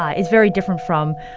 ah is very different from,